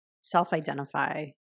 self-identify